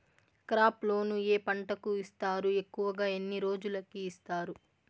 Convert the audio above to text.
crop loan ఏ పంటలకు ఇస్తారు ఎక్కువగా ఎన్ని రోజులకి ఇస్తారు